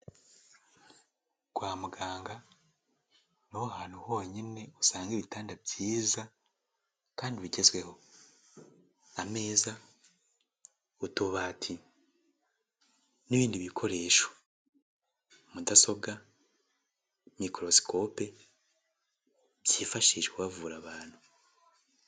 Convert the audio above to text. Kwa muganga ni ho hantu honyine usanga ibitanda byiza kandi bigezweho. Ameza, utubati n'ibindi bikoresho mudasobwa, microscope byifashishwa bavura abantu.